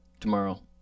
Tomorrow